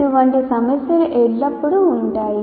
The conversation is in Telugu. ఇటువంటి సమస్యలు ఎల్లప్పుడూ ఉంటాయి